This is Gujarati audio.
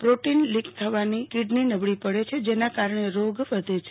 પ્રોટીન લીક થવાથી કિડની નબળી પડે છેજ ના કારણે રોગ વધે છે